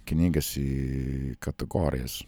knygas į kategorijas